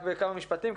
רק בכמה משפטים,